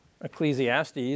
Ecclesiastes